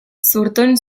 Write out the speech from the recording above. zurtoin